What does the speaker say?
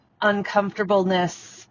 uncomfortableness